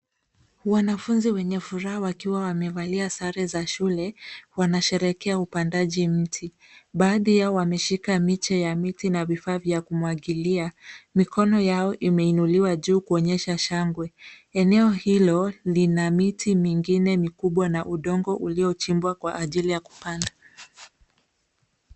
Wanafunzi wenye furaha wakiwa wamevalia sare za shule wanasherekea upandaji mti. Baadhi yao wameshika miche ya miti na vifaa vya kumwagilia. Mikono yao imeunuliwa juu kuonyesha shangwe. Eneo hilo lina miti mingine mikubwa na udongo uliochimbwa kwa ajili ya kupanda.